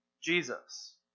Jesus